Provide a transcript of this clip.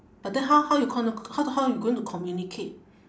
but then how how you call no how to how you going to communicate